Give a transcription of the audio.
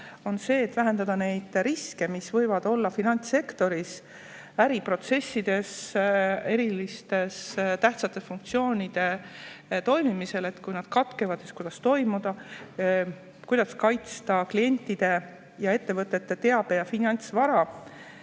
on] vähendada neid riske, mis võivad olla finantssektoris äriprotsessides eriliste tähtsate funktsioonide toimimisel. Kui nad katkevad, on vaja teada, kuidas toimida. Kuidas kaitsta klientide ja ettevõtete teabe- ja finantsvara,